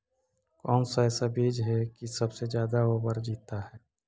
कौन सा ऐसा बीज है की सबसे ज्यादा ओवर जीता है?